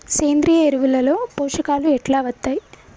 సేంద్రీయ ఎరువుల లో పోషకాలు ఎట్లా వత్తయ్?